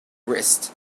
wrist